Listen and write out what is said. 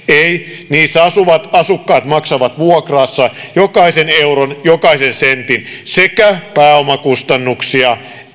ei niissä asuvat asukkaat maksavat vuokrassa jokaisen euron jokaisen sentin sekä pääomakustannuksia